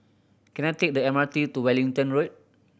can I take the M R T to Wellington Road